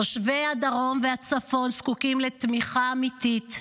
תושבי הדרום והצפון זקוקים לתמיכה אמיתית.